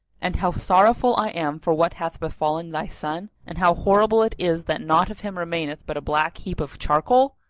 and how sorrowful i am for what hath befallen thy son, and how horrible it is that naught of him remaineth but a black heap of charcoal?